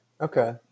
Okay